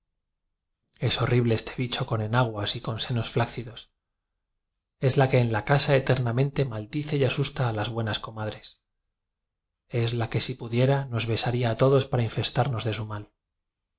es horrible este bicho con enaguas y con senos flácidos es la que en la casa eternamente maldice y asusta a las buenas comadres es la que si pudiera nos besaría a todos para infestarnos de su mal